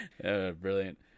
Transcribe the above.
Brilliant